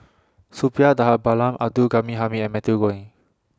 Suppiah Dhanabalan Abdul Ghani Hamid and Matthew Ngui